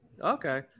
Okay